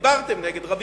דיברתם נגד, רבים.